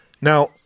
Now